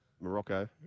Morocco